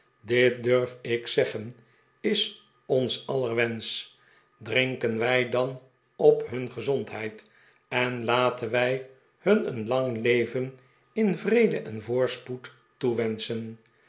dit durf ik zeggen is ons aller wensch drinken wij dan op hun gezondheid en laten wij hun een lang leven in vrede en voorspoed toewensehen